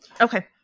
Okay